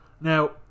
now